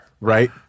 right